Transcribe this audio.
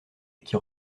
qui